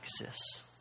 exists